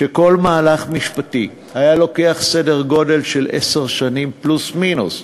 שכל מהלך משפטי היה לוקח סדר-גודל של עשר שנים פלוס מינוס,